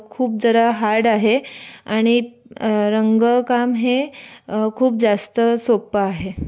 खूप जरा हार्ड आहे आणि रंगकाम हे खूप जास्त सोप्प आहे